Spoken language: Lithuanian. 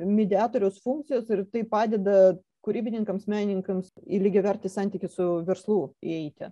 mediatoriaus funkcijos ir tai padeda kūrybininkams menininkams į lygiavertį santykį su verslu įeiti